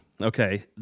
Okay